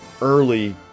early